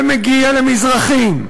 ומגיע למזרחים,